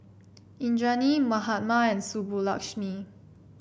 Indranee Mahatma and Subbulakshmi